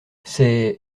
c’est